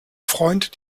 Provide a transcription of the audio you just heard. freund